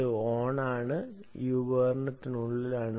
ഇത് ഓണാണ് ഇത് ഈ ഉപകരണത്തിനുള്ളിലാണ്